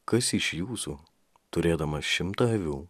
kas iš jūsų turėdamas šimtą avių